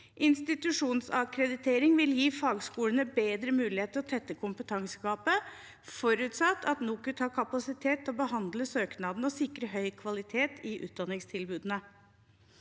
Institusjonsakkreditering vil gi fagskolene bedre mulighet til å tette kompetansegapet, forutsatt at NOKUT har kapasitet til å behandle søknadene og sikre høy kvalitet i utdanningstilbudene.